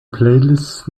playlists